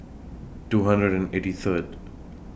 two hundred and eighty Third